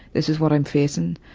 this is what i'm facing.